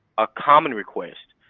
a common request,